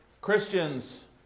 Christian's